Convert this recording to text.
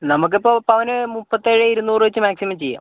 നമുക്കിപ്പം പവന് മുപ്പത്തേഴ് ഇരുന്നൂറ് വച്ച് മാക്സിമം ചെയ്യാം